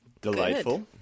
Delightful